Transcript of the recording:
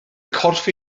corff